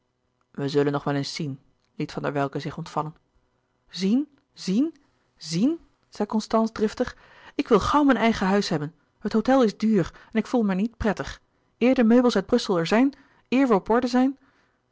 we zullen nog wel eens zien liet van der welcke zich ontvallen zien zien zien zei constance driftig ik wil gauw mijn eigen huis hebben het hôtel is duur en ik voel me er niet prettig eer de meubels uit brussel er zijn eer we op orde zijn